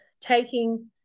taking